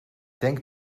denk